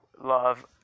love